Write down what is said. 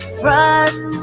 front